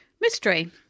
Mystery